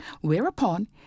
whereupon